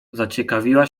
zaciekawiła